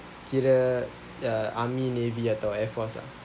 kira the army navy ataupun air force ah